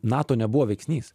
nato nebuvo veiksnys